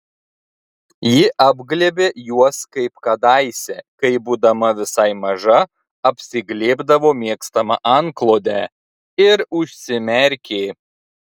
ji apglėbė juos kaip kadaise kai būdama visai maža apsiglėbdavo mėgstamą antklodę ir užsimerkė